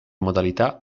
modalità